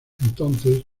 entonces